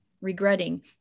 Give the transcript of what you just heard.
regretting